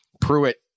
Pruitt